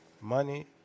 Money